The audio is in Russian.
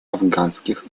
афганских